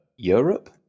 europe